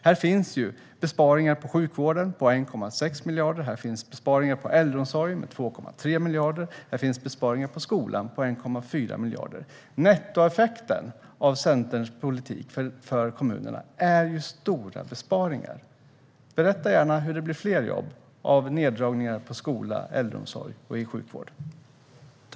Där finns det besparingar på sjukvården på 1,6 miljarder, på äldreomsorgen med 2,3 miljarder och på skolan med 1,4 miljarder. Nettoeffekten för kommunerna av Centerns politik är stora besparingar. Berätta gärna hur det blir fler jobb av neddragningar på skolan, äldreomsorgen och inom sjukvården, Emil Källström!